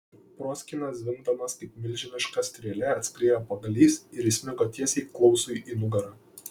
proskyna zvimbdamas kaip milžiniška strėlė atskriejo pagalys ir įsmigo tiesiai klausui į nugarą